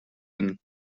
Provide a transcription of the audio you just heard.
inn